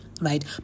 right